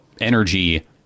energy